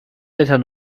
meter